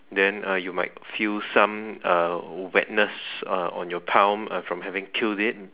then uh you might feel some uh wetness uh on your palm from having killed it